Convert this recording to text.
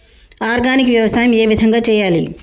Organic వ్యవసాయం ఏ విధంగా చేయాలి?